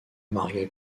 maria